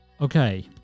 Okay